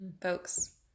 Folks